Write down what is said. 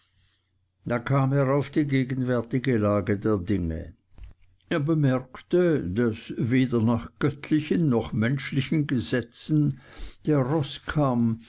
hätte kam er auf die gegenwärtige lage der dinge er bemerkte daß weder nach göttlichen noch menschlichen gesetzen der roßkamm